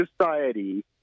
society